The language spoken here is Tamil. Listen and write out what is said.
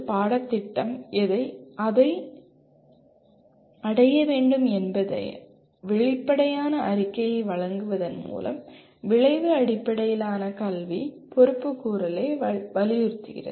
பாடத்திட்டம் எதை அடைய வேண்டும் என்பதை வெளிப்படையான அறிக்கையை வழங்குவதன் மூலம் விளைவு அடிப்படையிலான கல்வி பொறுப்புக்கூறலை வலியுறுத்துகிறது